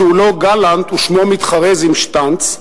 שהוא לא גלנט ושמו מתחרז עם שטנץ,